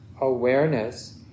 awareness